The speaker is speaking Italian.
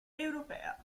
europea